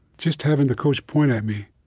just having the coach point at me,